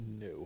No